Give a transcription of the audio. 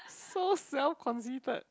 so self conceited